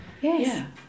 Yes